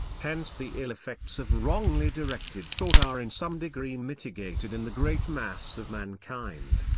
hence the ill effects of wrongly directed thought are in some degree mitigated in the great mass of mankind,